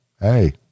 Hey